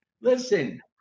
Listen